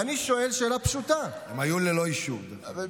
ואני שואל שאלה פשוטה, הם היו ללא אישור, דרך אגב.